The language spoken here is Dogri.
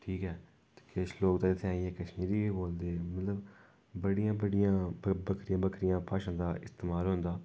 ठीक ऐ किश ते लोक ते इत्थें आइयै कश्मीरी बी बोलदे मतलब बड़ियां बड़ियां बक्खरियां बक्खरियां भाशां दा इस्तमाल होंदा